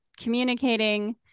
communicating